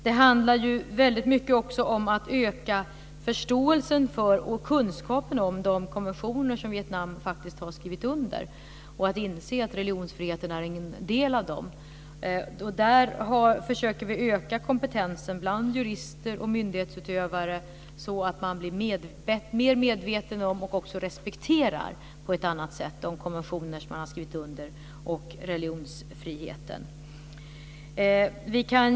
Det handlar också väldigt mycket om att öka förståelsen för och kunskapen om de konventioner som Vietnam faktiskt har skrivit under och att inse att religionsfriheten är en del av dessa. Vi försöker öka kompetensen bland jurister och myndighetsutövare så att man blir mer medveten om, och också på ett annat sätt respekterar, de konventioner som man har skrivit under. Det gäller även religionsfriheten.